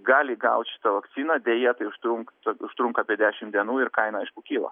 gali gaut šitą vakciną deja tai užtrunkta užtrunka apie dešim dienų ir kaina aišku kyla